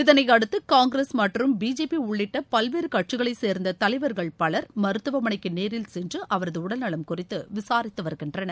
இதனையடுத்து காங்கிரஸ் மற்றும் B J P உள்ளிட்ட பல்வேறு கட்சிகளைச் சேர்ந்த தலைவர்கள் பலர் மருத்துவமனைக்கு நேரில் சென்னு அவரது உடல்நவம் குறித்து விசாரித்து வருகின்றனர்